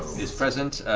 is present.